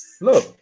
Look